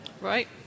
Right